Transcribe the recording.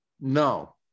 No